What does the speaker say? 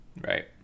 Right